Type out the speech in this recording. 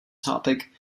topic